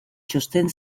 txosten